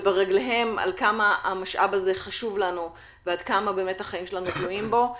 וברגליהם על כמה המשאב הזה חשוב לנו ועד כמה החיים שלנו תלויים בו.